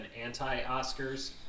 anti-Oscars